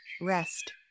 rest